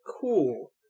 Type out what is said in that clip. Cool